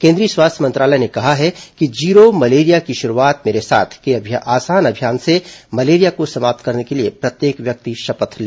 केंद्रीय स्वास्थ्य मंत्रालय ने कहा है कि जीरो मलेरिया की शुरुआत मेरे साथ के आसान अभियान से मलेरिया को समाप्त करने के लिए प्रत्येक व्यक्ति शपथ ले